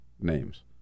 names